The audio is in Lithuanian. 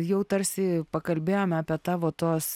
jau tarsi pakalbėjome apie tavo tuos